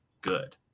good